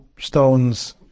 stones